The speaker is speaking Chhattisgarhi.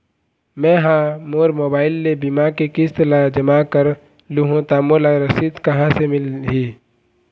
मैं हा मोर मोबाइल ले बीमा के किस्त ला जमा कर हु ता मोला रसीद कहां ले मिल ही?